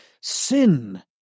sin